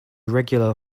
regular